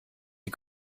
die